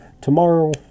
tomorrow